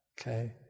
Okay